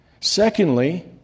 Secondly